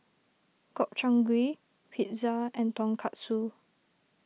Gobchang Gui Pizza and Tonkatsu